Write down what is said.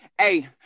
Hey